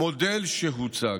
המודל שהוצג,